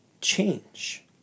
change